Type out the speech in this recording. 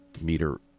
meter